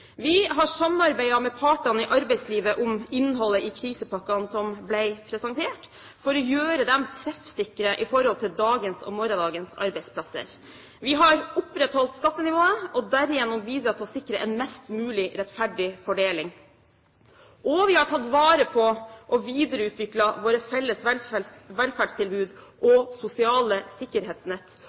Vi har samarbeidet med partene i arbeidslivet om innholdet i krisepakkene som ble presentert, for å gjøre dem treffsikre i forhold til dagens og morgendagens arbeidsplasser. Vi har opprettholdt skattenivået og derigjennom bidratt til å sikre en mest mulig rettferdig fordeling. Og vi har tatt vare på og videreutviklet våre felles velferdstilbud og sosiale sikkerhetsnett.